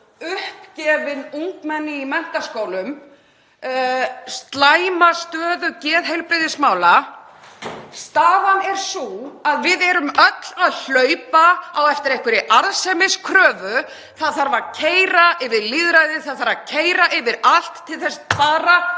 uppgefin ungmenni í menntaskólum og slæma stöðu geðheilbrigðismála. Staðan er sú að við erum öll að hlaupa á eftir einhverri arðsemiskröfu. Það þarf að keyra yfir lýðræði, það þarf að keyra yfir allt til þess bara